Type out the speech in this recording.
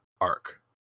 arc